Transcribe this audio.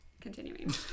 continuing